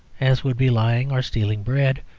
as would be lying or stealing bread,